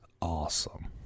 awesome